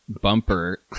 bumper